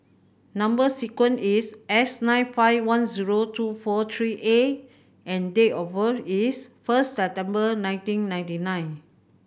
number sequence is S nine five one zero two four three A and date of birth is first September nineteen ninety nine